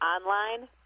Online